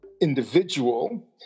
individual